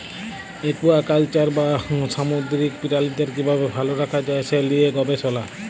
aquaculture বা সামুদ্দিরিক পিরালিদের কিভাবে ভাল রাখা যায় সে লিয়ে গবেসলা